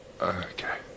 Okay